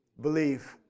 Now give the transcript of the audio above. Believe